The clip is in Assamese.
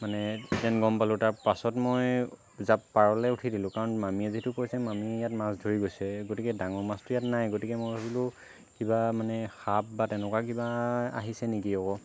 মানে যেন গম পালো তাৰ পাছত মই জাপ পাৰলে উঠি দিলো কাৰণ মামীয়ে যিটো কৈছে মামীয়ে ইয়াত মাছ ধৰি গৈছে গতিকে ডাঙৰ মাছটো ইয়াত নাই গতিকে মই ভাবিলো কিবা মানে সাপ বা তেনেকুৱা কিবা আহিছে নেকি অক'